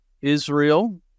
Israel